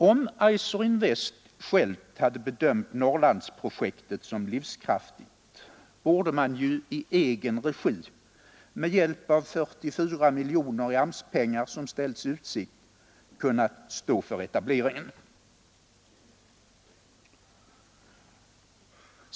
Om FEiser Invest självt hade bedömt Norrlandsprojektet som livskraftigt, borde man ju i egen regi med hjälp av de 44 miljoner i AMS-pengar, som ställts i utsikt, kunna stå för etableringen.